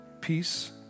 peace